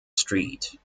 street